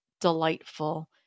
delightful